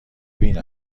بین